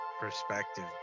perspective